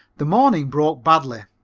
the morning broke badly.